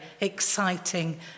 exciting